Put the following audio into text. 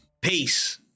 Peace